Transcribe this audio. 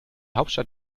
hauptstadt